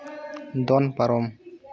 ᱫᱚᱱ ᱯᱟᱨᱚᱢ